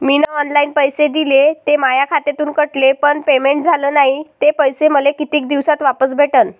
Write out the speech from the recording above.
मीन online पैसे दिले, ते माया खात्यातून कटले, पण पेमेंट झाल नायं, ते पैसे मले कितीक दिवसात वापस भेटन?